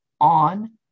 on